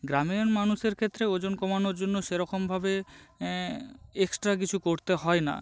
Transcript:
গ্রামের মানুষের ক্ষেত্রে ওজন কমানোর জন্য সেরকমভাবে এক্সট্রা কিছু করতে হয় না